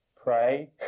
pray